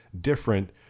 different